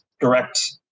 direct